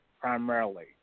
primarily